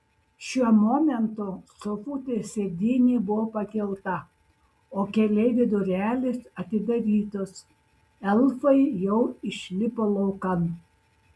šiuo momentu sofutės sėdynė buvo pakelta o keleivių durelės atidarytos elfai jau išlipo laukan